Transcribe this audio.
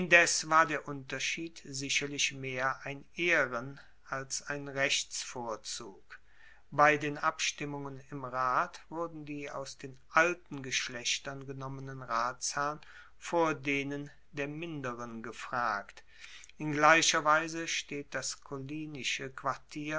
indes war der unterschied sicherlich mehr ein ehren als ein rechtsvorzug bei den abstimmungen im rat wurden die aus den alten geschlechtern genommenen ratsherren vor denen der minderen gefragt in gleicher weise steht das